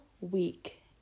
week